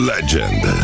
Legend